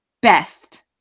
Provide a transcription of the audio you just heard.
Best